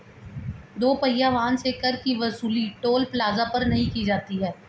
दो पहिया वाहन से कर की वसूली टोल प्लाजा पर नही की जाती है